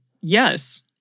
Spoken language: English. yes